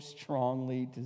strongly